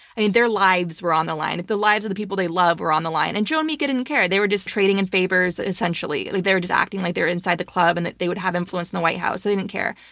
and and their lives were on the line. the lives of the people they love were on the line, and joe and mika didn't care. they were just trading in favors, essentially. like they were just acting like they're inside the club and they they would have influence in the white house. they didn't care.